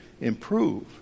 improve